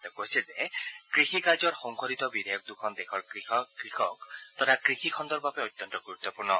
তেওঁ কৈছে যে কৃষি কাৰ্যৰ সংশোধিত বিধেয়ক দুখন দেশৰ কৃষক তথা কৃষিখণ্ডৰ বাবে অত্যন্ত গুৰুত্পূৰ্ণ